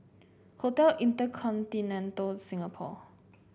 Hotel InterContinental Singapore